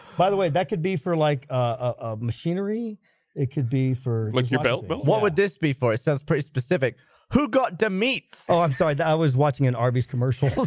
by the way, that could be for like a machinery it could be for look at your belt, but what would this be for it sounds pretty specific who got de meats oh, i'm sorry that i was watching an arby's commercial